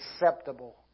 acceptable